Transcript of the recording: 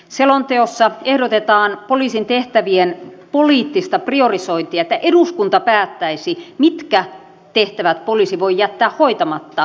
selonteossa ehdotetaan poliisin tehtävien poliittista priorisointia että eduskunta päättäisi mitkä tehtävät poliisi voi jättää hoitamatta resurssipulassa